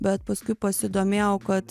bet paskui pasidomėjau kad